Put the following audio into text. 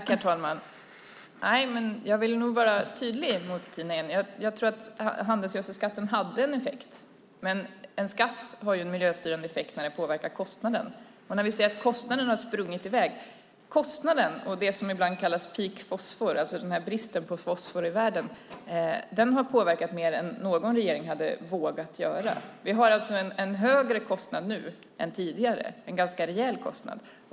Herr talman! Jag vill vara tydlig mot Tina Ehn. Jag tror att handelsgödselskatten hade en effekt. Men en skatt har en miljöstyrande effekt när den påverkar kostnaden. Kostnaden har sprungit i väg. Det som ibland kallas peak fosfor, alltså bristen på fosfor i världen, har påverkat mer än någon regering hade vågat göra. Vi har alltså en högre kostnad nu än tidigare, en ganska rejäl kostnad.